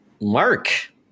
mark